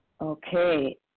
Okay